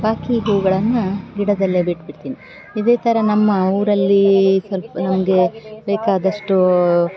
ಬಾಕಿ ಹೂಗಳನ್ನು ಗಿಡದಲ್ಲೇ ಬಿಟ್ಬಿಡ್ತೀನಿ ಇದೇ ಥರ ನಮ್ಮ ಊರಲ್ಲಿ ಸ್ವಲ್ಪ ನಮಗೆ ಬೇಕಾದಷ್ಟು